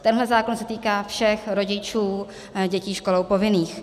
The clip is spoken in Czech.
Tenhle zákon se týká všech rodičů dětí školou povinných.